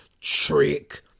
trick